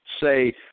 say